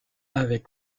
avec